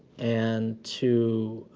and to,